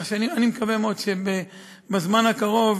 אני מקווה מאוד שבזמן הקרוב